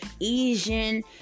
Asian